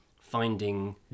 finding